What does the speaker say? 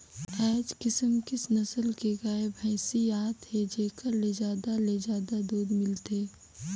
आयज किसम किसम नसल के गाय, भइसी आत हे जेखर ले जादा ले जादा दूद मिलथे